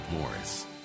Morris